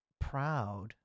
proud